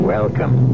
Welcome